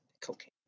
Cocaine